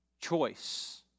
choice